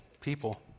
people